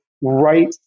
right